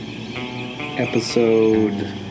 episode